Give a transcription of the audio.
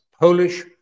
Polish